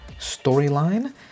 storyline